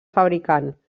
fabricant